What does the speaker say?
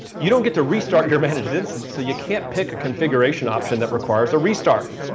you don't get to restart your managed instance, so you can't pick a configuration option that requires a restart.